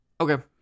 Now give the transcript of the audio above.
Okay